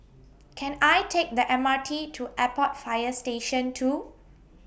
Can I Take The M R T to Airport Fire Station two